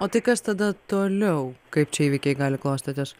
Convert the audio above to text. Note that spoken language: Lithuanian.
o tai kas tada toliau kaip čia įvykiai gali klostytis